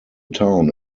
town